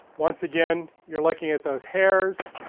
once again, you're looking at those hairs,